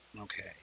Okay